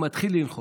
הוא מתחיל לנחות.